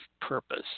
purpose